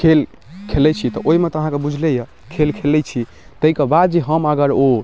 खेल खेलै छी तऽ ओइमे तऽ अहाँके बुझले यऽ खेल खेलै छी तइकेबाद जे हम अगर ओ